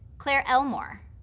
claire elmore,